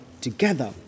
together